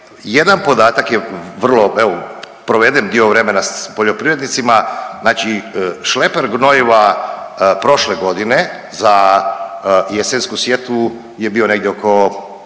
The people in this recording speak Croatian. Jedan podatak je vrlo evo provedem dio vremena s poljoprivrednicima, znači šleper gnojiva prošle godine za jesensku sjetvu je bio negdje oko